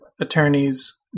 attorneys